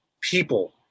people